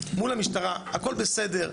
מול המשטרה הכל בסדר,